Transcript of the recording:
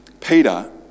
Peter